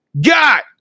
got